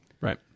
Right